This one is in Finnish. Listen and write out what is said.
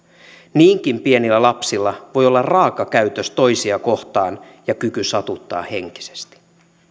niinkin pienillä lapsilla voi olla raaka käytös toisia kohtaan ja kyky satuttaa henkisesti